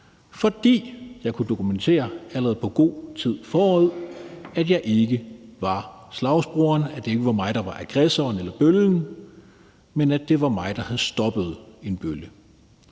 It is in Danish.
forvejen kunne dokumentere, at jeg ikke var slagsbroren, at det ikke var mig, der var aggressoren eller bøllen, men at det var mig, der havde stoppet en bølle.